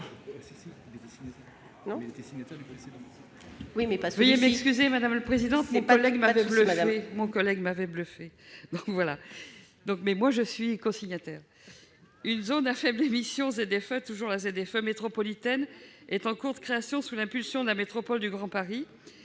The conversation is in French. Une zone à faibles émissions métropolitaine est en cours de création, sous l'impulsion de la métropole du Grand Paris.